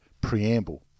preamble